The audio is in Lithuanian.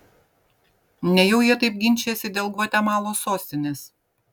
nejau jie taip ginčijasi dėl gvatemalos sostinės